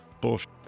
bullshit